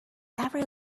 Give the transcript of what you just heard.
every